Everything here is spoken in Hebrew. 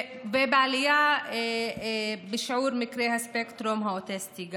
וגם לעלייה בשיעור מקרי הספקטרום האוטיסטי.